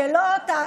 שלא,